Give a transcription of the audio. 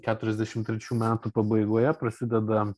keturiasdešim trečių metų pabaigoje prasideda